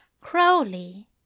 Crowley